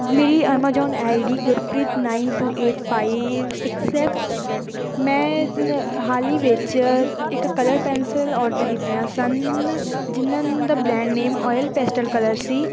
ਮੇਰੀ Amazon I D Gurpreet nine two eight five six ਹੈ ਮੈਂ ਹਾਲ ਹੀ ਵਿੱਚ ਇੱਕ ਕਲਰ ਪੈਨਸਲ ਔਡਰ ਕੀਤੀਆਂ ਸਨ ਜਿਹਨਾਂ ਦਾ brand name oil pastel colour ਸੀ